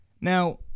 Now